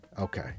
okay